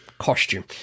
costume